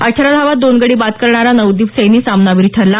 अठरा धावांत दोन गडी बाद करणारा नवदीप सैनी सामनावीर ठरला